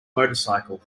motorcycle